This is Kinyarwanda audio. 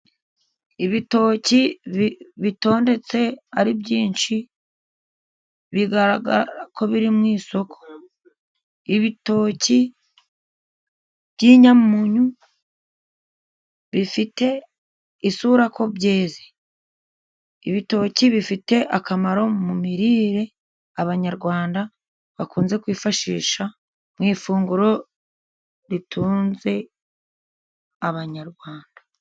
Ibitoki bitondetse ari byinshi, bigaragara ko biri mu isoko. Ibitoki by'inyamunyu bifite isura ko byeze. Ibitoki bifite akamaro mu mirire abanyarwanda bakunze kwifashisha, mu ifunguro ritunze abanyarwanda.